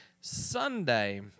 Sunday